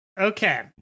Okay